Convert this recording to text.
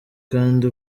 kandi